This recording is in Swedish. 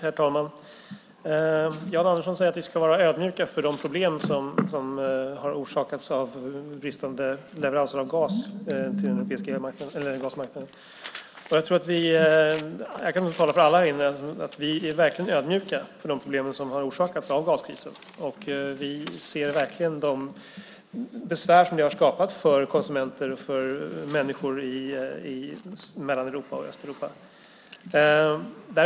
Herr talman! Jan Andersson säger att vi ska vara ödmjuka inför de problem som har orsakats av bristande leveranser av gas till den europeiska gasmarknaden. Jag tror att jag talar för alla här när jag säger att vi verkligen är ödmjuka inför de problem som har orsakats av gaskrisen. Vi ser de besvär som det har skapat för människor i Mellan och Östeuropa.